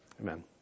Amen